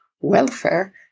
welfare